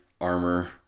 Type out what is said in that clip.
armor